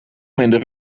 minder